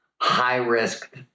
high-risk